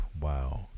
Wow